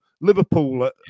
Liverpool